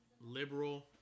liberal